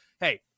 hey